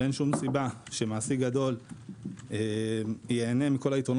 אין שום סיבה שמעסיק גדול ייהנה מכל היתרונות